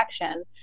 action